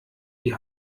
die